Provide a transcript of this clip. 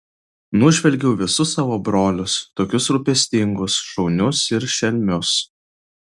nužvelgiau visus savo brolius tokius rūpestingus šaunius ir šelmius